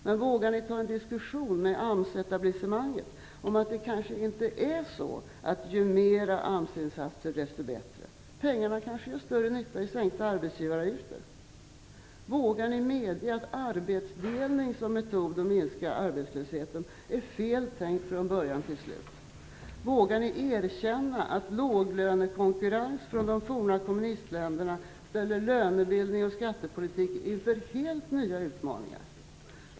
Men vågar ni ta en diskussion med AMS-etablissemanget om att det kanske inte är så att ju mer AMS-insatser desto bättre? Pengarna kanske gör större nytta om de används till en sänkning av arbetsgivaravgifterna. Vågar ni medge att arbetsdelning som metod att minska arbetslösheten är fel tänkt från börja till slut? Vågar ni erkänna att låglönekonkurrens från de forna kommunistländerna ställer lönebildning och skattepolitik inför helt nya utmaningar?